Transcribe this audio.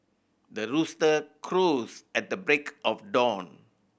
the rooster crows at the break of dawn